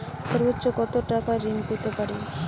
সর্বোচ্চ কত টাকা ঋণ পেতে পারি?